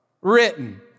written